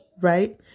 right